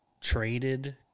traded